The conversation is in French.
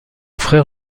frère